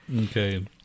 Okay